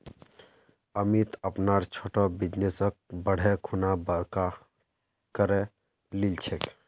अमित अपनार छोटो बिजनेसक बढ़ैं खुना बड़का करे लिलछेक